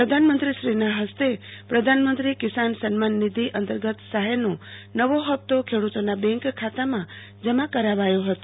પ્રધાનમંત્રીશ્રીના ફસ્તે પ્રધાનમંત્રી કિસાન સન્માનભિધિ અંતર્ગત સહાયનો નવો હપ્તો ખેડૂતોના બેંક ખાતામાં જમા કરાવાયો હતો